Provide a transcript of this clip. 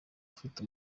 afise